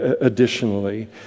additionally